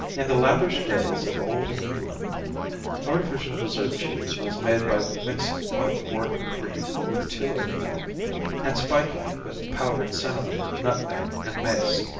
in the lavish days of olde england artificial dessert cheese was made by mixing one quart of cream with two of milk and spiking it with powdered cinnamon, nutmeg and mace.